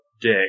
day